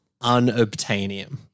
unobtainium